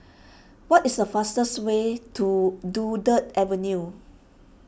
what is the fastest way to Dunkirk Avenue